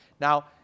Now